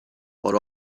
but